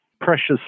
Precious